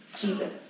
Jesus